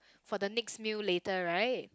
for the next meal later right